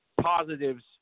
positives